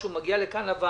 כשהוא מגיע לכאן לוועדה,